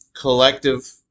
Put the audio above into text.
collective